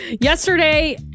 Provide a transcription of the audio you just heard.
yesterday